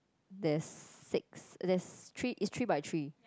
there's six there's three is three by three